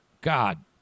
God